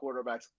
quarterbacks